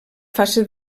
fase